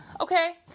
okay